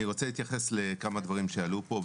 אני רוצה להתייחס לכמה דברים שעלו פה.